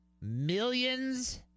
Millions